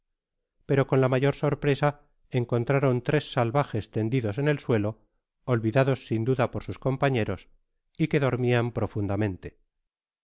pero con la mayor sorpresa encontraron tres salvajes tendidos eu el suelo olvidados sin duda por sus compañeros y que dormian profundamente